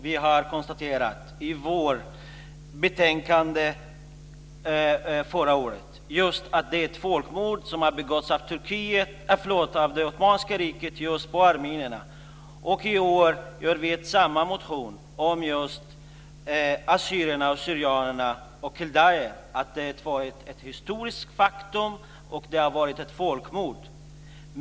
Vi konstaterade i vårt betänkande förra året att folkmord har begåtts av det ottomanska riket på armenierna. I år lägger vi fram en motion och konstaterar att det är ett historiskt faktum att det ägt rum ett folkmord på assyrier/syrianer och kaldéer.